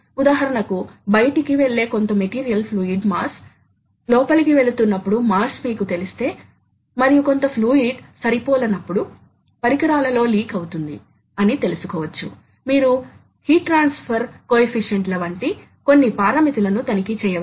ఈ భాగం పొడవు బాల్ స్క్రూ లీడ్ ఫీడ్ యొక్క అక్షసంబంధ దిశ లో అవసరమైన కటింగ్ ఫోర్స్ కాబట్టి అది బాల్ స్క్రూ లీడ్ మరియు తరువాత ఇది ఎలా సాధించబడుతుంది ఎందుకంటే అది మీకు తెలిసిన శక్తి పరిరక్షణ వంటి ద్వారా సాధించబడుతుంది